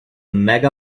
mega